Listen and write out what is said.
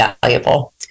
valuable